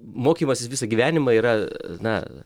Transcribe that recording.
mokymasis visą gyvenimą yra na